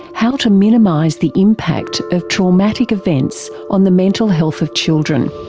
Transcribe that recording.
how to minimise the impact of traumatic events on the mental health of children.